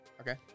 Okay